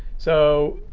so